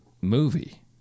movie